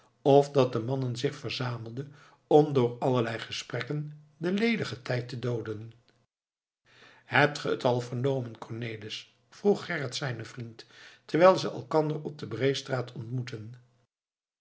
of dat de mannen zich verzamelden om door allerlei gesprekken den ledigen tijd te dooden hebt gij het al vernomen cornelis vroeg gerrit zijnen vriend terwijl ze elkander op de breestraat ontmoetten